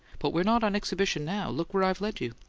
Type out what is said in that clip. but we're not on exhibition now. look where i've led you!